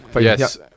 Yes